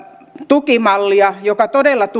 tukimallia joka